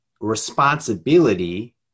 responsibility